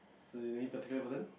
so is any particular person